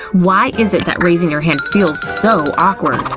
why is it that raising your hand feels so awkward?